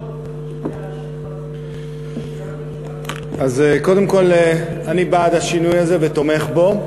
הכנסת, אז קודם כול אני בעד השינוי הזה ותומך בו,